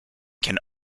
can